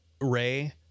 Ray